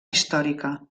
històrica